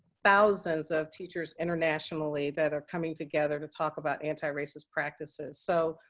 thousands of teachers internationally that are coming together to talk about antiracist practices. so